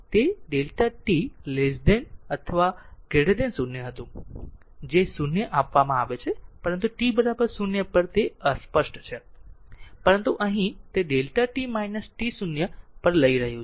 તે Δ t 0 0 હતું જે 0 આપવામાં આવે છે પરંતુ t 0 પર તે અસ્પષ્ટ છે પરંતુ અહીં Δ t t0 લઈ રહ્યા છે